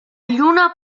lluna